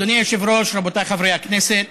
אדוני היושב-ראש, רבותיי חברי הכנסת,